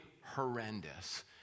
horrendous